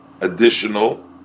Additional